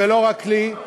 ולא רק לי,